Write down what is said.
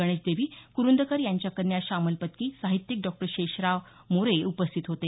गणेश देवी कुरूंदकर यांच्या कन्या शामल पत्की साहित्यिक डॉक्टर शेषेराव मोरे उपस्थित होते